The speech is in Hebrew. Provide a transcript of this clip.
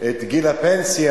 את גיל הפנסיה,